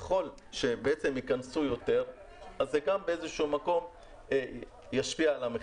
ככל שייכנסו יותר אז באיזה שהוא מקום זה גם ישפיע על המחיר.